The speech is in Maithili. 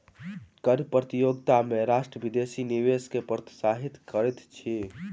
कर प्रतियोगिता में राष्ट्र विदेशी निवेश के प्रोत्साहित करैत अछि